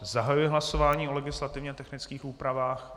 Zahajuji hlasování o legislativně technických úpravách.